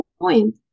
point